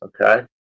okay